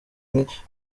inkwi